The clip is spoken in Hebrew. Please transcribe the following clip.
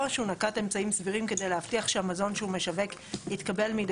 או שהוא נקט אמצעים סבירים כדי להבטיח שהמזון שהוא משווק יתקבל מידי